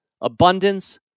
abundance